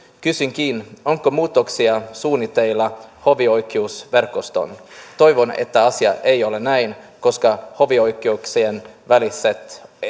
kysynkin onko muutoksia suunnitteilla hovioikeusverkostoon toivon että asia ei ole näin koska hovioikeuksien väliset